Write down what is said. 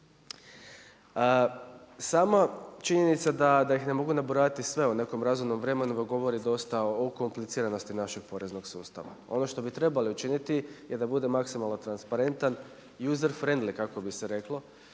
Sama činjenica da ih ne mogu nabrojati sve u nekom razumnom vremenu govori dosta o kompliciranosti našeg poreznog sustava. Ono što bi trebali učiniti je da bude maksimalno transparenta i … kako bi se reklo